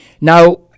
Now